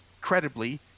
credibly